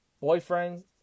boyfriend